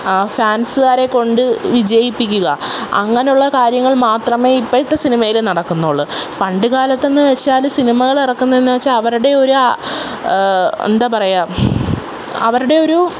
ഫാൻസുകാരെ കൊണ്ട് വിജയിപ്പിക്കുക അങ്ങനെയുള്ള കാര്യങ്ങൾ മാത്രമേ ഇപ്പോഴത്തെ സിനിമയിൽ നടക്കുന്നുള്ളൂ പണ്ട് കാലത്തെന്ന് വെച്ചാൽ സിനിമകൾ ഇറക്കുന്നത് എന്നുവെച്ചാൽ അവരുടെയൊരു എന്താപറയുക അവരുടെയൊരു